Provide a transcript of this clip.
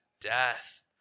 Death